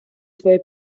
твоя